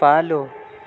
follow